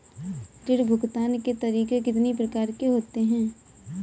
ऋण भुगतान के तरीके कितनी प्रकार के होते हैं?